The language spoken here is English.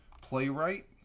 playwright